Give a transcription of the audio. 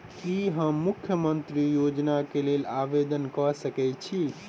की हम मुख्यमंत्री योजना केँ लेल आवेदन कऽ सकैत छी?